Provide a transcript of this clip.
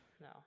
No